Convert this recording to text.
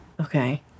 okay